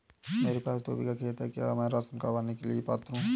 मेरे पास दो बीघा खेत है क्या मैं राशन पाने के लिए पात्र हूँ?